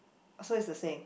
so is the same